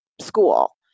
school